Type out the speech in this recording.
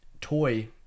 toy